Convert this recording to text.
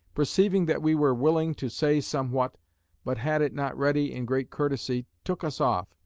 perceiving that we were willing to say somewhat but had it not ready in great courtesy took us off,